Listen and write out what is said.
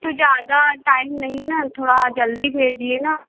तो ज़्यादा टाइम नहीं ना थोड़ा जल्दी भेजिए ना